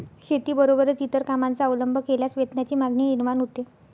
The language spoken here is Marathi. शेतीबरोबरच इतर कामांचा अवलंब केल्यास वेतनाची मागणी निर्माण होते